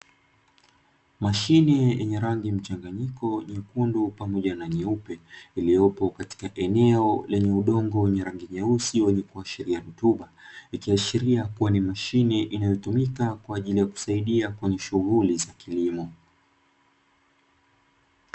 Mashine yenye rangi mchanganyiko nyekundu pamoja na nyeupe, iliyopo katika eneo lenye udongo wenye rangi nyeusi wenye kuashiria rutuba. Ikiashiria kuwa ni mashine inayotumika kwa ajili ya kusaidia kwenye shughuli za kilimo.